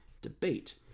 debate